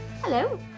Hello